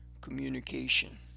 communication